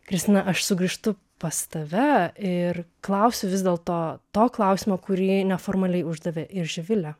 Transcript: kristina aš sugrįžtu pas tave ir klausiu vis dėlto to klausimo kurį neformaliai uždavė ir živilė